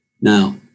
Now